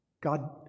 God